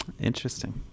interesting